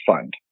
Fund